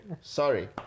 Sorry